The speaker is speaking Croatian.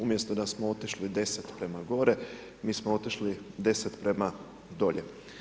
Umjesto da smo otišli 10 prema gore, mi smo otišli 10 prema dolje.